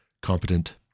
competent